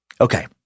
Okay